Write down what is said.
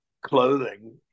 clothing